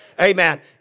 Amen